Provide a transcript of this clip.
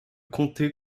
comté